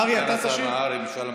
נהרי, אתה תשיב?